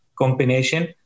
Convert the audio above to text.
combination